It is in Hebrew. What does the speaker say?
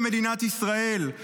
במדינת ישראל.